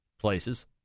places